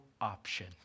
option